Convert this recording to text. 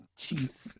Jeez